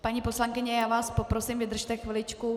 Paní poslankyně, já vás poprosím, vydržte chviličku.